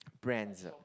blender